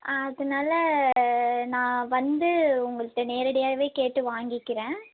அதனால நான் வந்து உங்கள்கிட்ட நேரடியாகவே கேட்டு வாங்கிக்கிறேன்